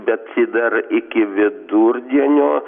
bet ji dar iki vidurdienio